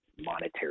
monetary